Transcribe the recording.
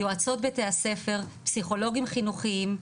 יועצות בתי הספר, פסיכולוגים חינוכיים,